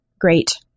Great